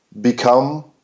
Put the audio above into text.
become